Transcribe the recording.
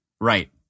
right